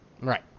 Right